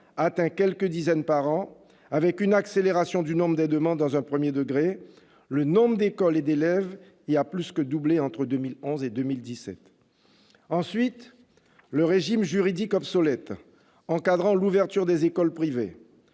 atteint quelques dizaines par an, avec une accélération du nombre de demandes dans le premier degré : le nombre d'écoles et d'élèves y a plus que doublé entre 2011 et 2017. Ensuite, le régime juridique encadrant l'ouverture des écoles privées